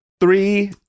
Three